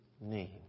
name